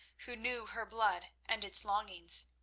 who knew her blood and its longings.